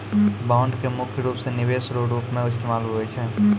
bond के मुख्य रूप से निवेश रो रूप मे इस्तेमाल हुवै छै